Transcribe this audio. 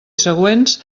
següents